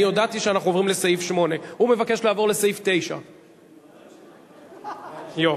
אני הודעתי שאנחנו עוברים לסעיף 8. הוא מבקש לעבור לסעיף 9. יופי.